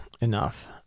enough